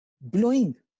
blowing